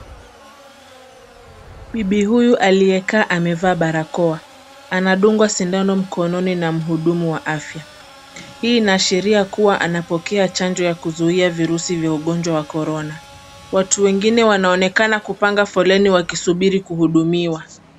Bibi huyu aliyekaa amevaa barakoa. Anadungwa sindano mkononi na mhudumu wa afya. Hii inaashiria kuwa anapokea chanjo ya kuzuia virusi vya ugonjwa wa korona. Watu wengine wanaonekana kupanga foleni wakisubiri kuhudumiwa.